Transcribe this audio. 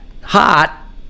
Hot